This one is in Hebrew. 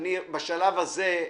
אני בשלב הזה,